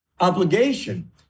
obligation